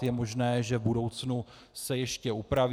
Je možné, že v budoucnu se ještě upraví.